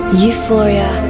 euphoria